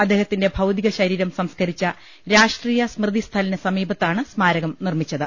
അദ്ദേഹത്തിന്റെ ഭൌതിക ശരീരം സംസ്കരിച്ച രാഷ്ട്രീയ സ്മൃതി സ്ഥലിന് സമീപത്താണ് സ്മാരകം നിർമ്മിച്ചത്